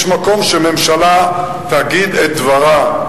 יש מקום שממשלה תגיד את דברה,